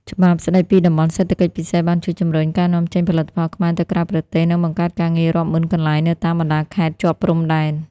ច្បាប់ស្ដីពីតំបន់សេដ្ឋកិច្ចពិសេស បានជួយជំរុញការនាំចេញផលិតផលខ្មែរទៅក្រៅប្រទេស និងបង្កើតការងាររាប់ម៉ឺនកន្លែងនៅតាមបណ្ដាខេត្តជាប់ព្រំដែន។